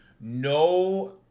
No